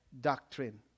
doctrine